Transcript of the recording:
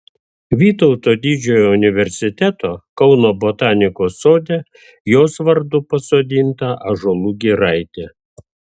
vytauto didžiojo universiteto kauno botanikos sode jos vardu pasodinta ąžuolų giraitė